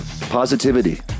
positivity